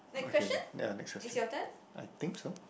okay yeah next question I think so